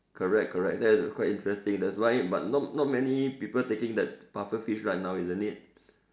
correct correct that's quite interesting that's why but not not many people taking that puffer fish right now isn't it